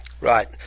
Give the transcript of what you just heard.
Right